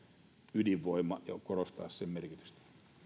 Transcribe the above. ydinvoima korostamatta sen merkitystä